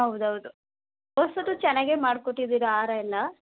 ಹೌದ್ ಹೌದು ಹೋದ್ಸತಿ ಚೆನ್ನಾಗೇ ಮಾಡಿಕೊಟ್ಟಿದ್ದೀರ ಹಾರ ಎಲ್ಲ